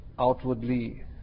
Outwardly